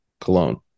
cologne